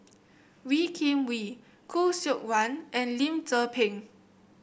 Wee Kim Wee Khoo Seok Wan and Lim Tze Peng